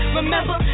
remember